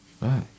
Right